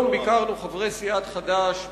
זכותו לומר את דעתו כמחנך.